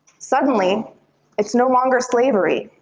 suddenly it's no longer slavery,